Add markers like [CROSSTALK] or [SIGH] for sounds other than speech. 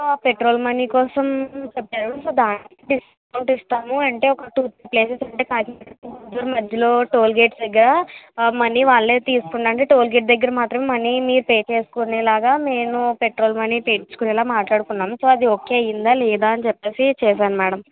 so petrol money కోసం చెప్పారు so దానికి డిస్కౌంట్ ఇస్తాము అంటే ఒక టూ త్రీ ప్లేసెస్ [UNINTELLIGIBLE] టోల్గేట్స్ దగ్గర మనీ వాళ్లే తీసుకుని అంటే టోల్గేట్ దగ్గర మాత్రం మీరు పే చేసేసుకునేలాగా నేను పెట్రోల్ మనీ పే చేసేసుకునేలా మాట్లాడుకున్నాము సో అది ఒకే అయిందా లేదా అని చెప్పేసి చేశాను మ్యాడం